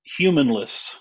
humanless